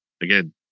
again